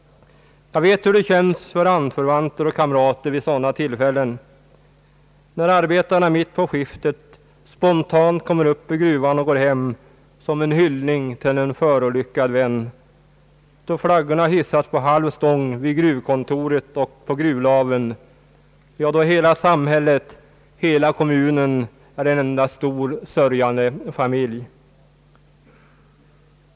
Jag vet hur det känns för anförvanter och kamrater vid sådana tillfällen — när arbetarna mitt på skiftet spontant kommer upp ur gruvan och går hem som en hyllning till en förolyckad vän, då flaggorna hissats på halv stång vid gruvkontoret och på gruvlaven, ja då hela samhället och hela kommunen är en enda stor sörjande familj.